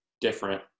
different